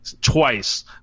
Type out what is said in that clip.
twice